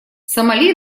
сомали